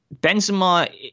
Benzema